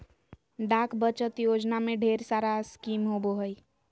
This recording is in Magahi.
डाक बचत योजना में ढेर सारा स्कीम होबो हइ